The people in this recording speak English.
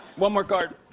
one more card.